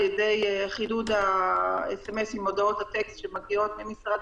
על-ידי חידוד הודעות הטקסט שמגיעות ממשרד